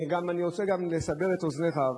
ואני גם רוצה לסבר את אוזנך,